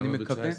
כמה ב-2019?